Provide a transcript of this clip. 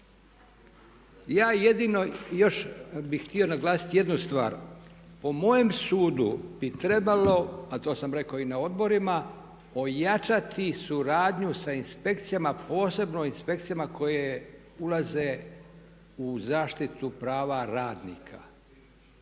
Ja jedino još bih htio naglasiti jednu stvar. Po mojem sudu bi trebalo a to sam rekao i na odborima ojačati suradnju sa inspekcijama, posebno inspekcijama koje ulaze u zaštitu prava radnika.